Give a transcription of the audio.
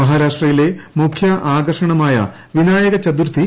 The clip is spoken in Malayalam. മഹാരാഷ്ട്രയിലെ മുഖ്യ ആകർഷണമായ വിനായക ചതുർത്ഥി